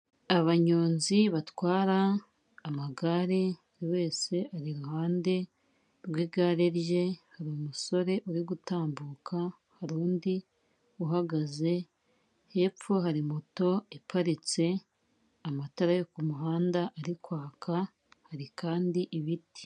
Abanyonzi batwara amagare, buri wese ari iruhande rw'igare rye, hari umusore uri gutambuka, hari undi uhagaze, hepfo hari moto iparitse, amatara yo ku muhanda ari kwaka, hari kandi ibiti.